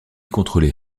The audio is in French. contrôlait